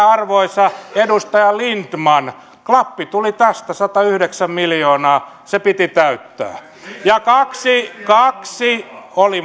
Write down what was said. arvoisa edustaja lindtman tuli klappi satayhdeksän miljoonaa se piti täyttää ja kaksi kaksi oli